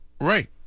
Right